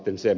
hyvä